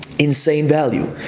insane value.